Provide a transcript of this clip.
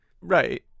Right